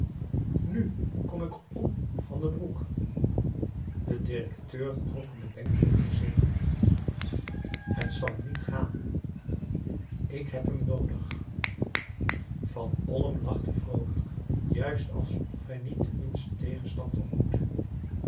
nu kom ik om van den broek de directeur trok een bedenkelijk gezicht het zal niet gaan ik heb hem noodig van olm lachte vroolijk juist alsof hij niet den minsten tegenstand ontmoette